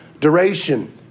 duration